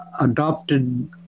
adopted